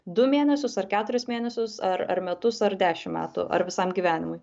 du mėnesius ar keturis mėnesius ar ar metus ar dešim metų ar visam gyvenimui